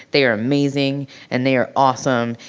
they are amazing and they are awesome.